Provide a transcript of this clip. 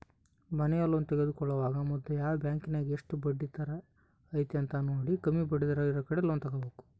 ಮನೆಯ ಲೋನ್ ತೆಗೆದುಕೊಳ್ಳುವಾಗ ಮೊದ್ಲು ಯಾವ ಬ್ಯಾಂಕಿನಗ ಎಷ್ಟು ಬಡ್ಡಿದರ ಐತೆಂತ ನೋಡಿ, ಕಮ್ಮಿ ಬಡ್ಡಿಯಿರುವ ಕಡೆ ಲೋನ್ ತಗೊಬೇಕು